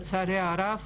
לצערי הרב